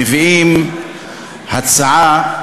מביאים הצעה,